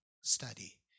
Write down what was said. study